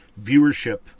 viewership